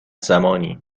زمانی